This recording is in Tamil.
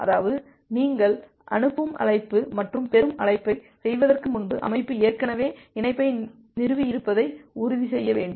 அதாவது நீங்கள் அனுப்பும் அழைப்பு மற்றும் பெறும் அழைப்பைச் செய்வதற்கு முன்பு அமைப்பு ஏற்கனவே இணைப்பை நிறுவியிருப்பதை உறுதி செய்ய வேண்டும்